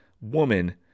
woman